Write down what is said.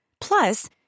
Plus